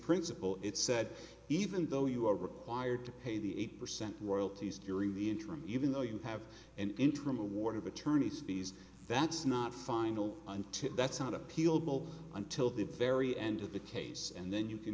principle it said even though you are required to pay the eight percent royalties during the interim even though you have an interim award of attorney's fees that's not final until that's not appealable until the very end of the case and then you can